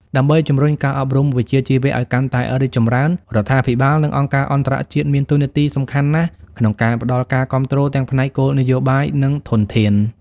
ដើម្បីជំរុញការអប់រំវិជ្ជាជីវៈឱ្យកាន់តែរីកចម្រើន រដ្ឋាភិបាល និងអង្គការអន្តរជាតិមានតួនាទីសំខាន់ណាស់ក្នុងការផ្តល់ការគាំទ្រទាំងផ្នែកគោលនយោបាយ និងធនធាន។